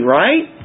right